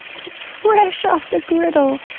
it's fresh off the griddle!